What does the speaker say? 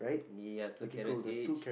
ya two carrots each